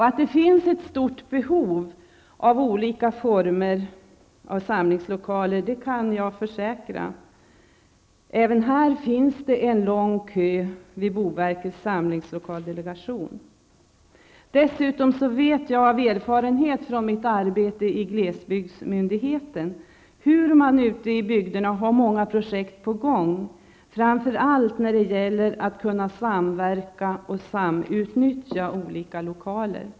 Att det finns ett stort behov av olika slag av samlingslokaler kan jag försäkra. Även här finns det en lång kö vid boverkets samlingslokaldelegation. Dessutom vet jag av erfarenhet från mitt arbete i glesbygdsmyndigheten att man ute i bygderna har många projekt på gång, framför allt när det gäller att kunna samverka och samutnyttja olika lokaler.